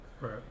Right